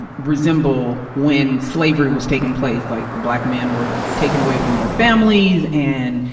resemble when slavery was taking place. like, the black men were taken away from their families, and,